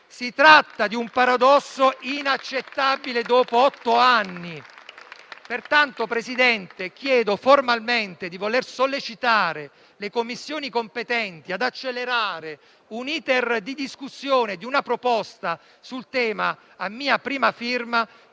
Si tratta di un paradosso inaccettabile dopo otto anni. Presidente, chiedo pertanto formalmente di voler sollecitare le Commissioni competenti ad accelerare l'*iter* di discussione di una proposta sul tema, a mia prima firma,